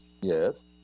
Yes